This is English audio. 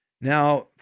Now